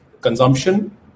consumption